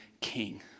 king